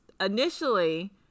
initially